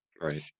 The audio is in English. Right